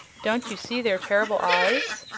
don't you see their terrible eyes?